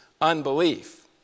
unbelief